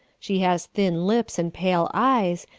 she has thin lips and pale eyes,